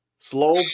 Slow